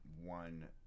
One